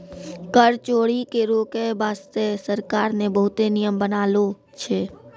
कर चोरी के रोके बासते सरकार ने बहुते नियम बनालो छै